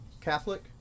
Catholic